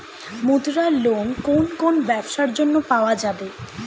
মুদ্রা লোন কোন কোন ব্যবসার জন্য পাওয়া যাবে?